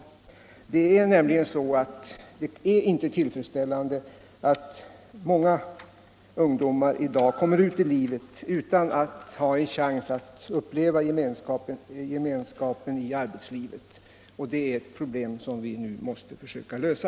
Det är inte tillfredsställande att många ungdomar i dag lämnar skolan utan att ha en chans att uppleva gemenskapen i arbetslivet. Det är ett problem som vi nu måste försöka lösa.